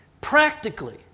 practically